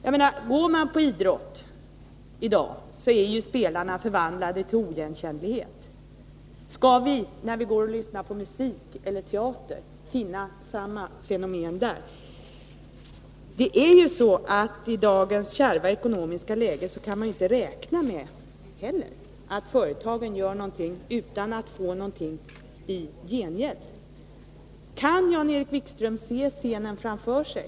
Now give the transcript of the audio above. När man går på idrott i dag är spelarna förvandlade till oigenkännlighet. Skall vi när vi går och lyssnar på musik eller ser teater finna samma fenomen där? I dagens kärva ekonomiska läge kan man inte räkna med att företagen gör någonting utan att få någonting i gengäld. Kan Jan-Erik Wikström se scenen framför sig?